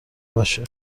باشه